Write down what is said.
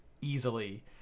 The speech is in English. easily